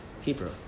Hebrew